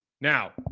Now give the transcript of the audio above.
Now